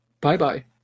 Bye-bye